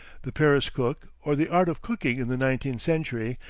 the paris cook, or the art of cooking in the nineteenth century,